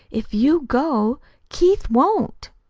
if you go keith won't.